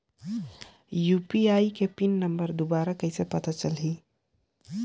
UPI के PIN number दुबारा कइसे पता चलही?